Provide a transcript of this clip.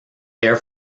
air